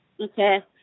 Okay